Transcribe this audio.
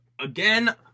again